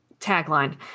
tagline